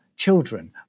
Children